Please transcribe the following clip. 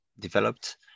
developed